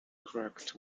correct